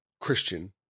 Christian